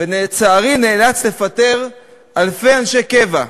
ולצערי נאלץ לפטר אלפי אנשי קבע.